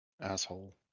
Asshole